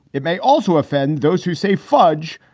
it may also offend those who say fudge.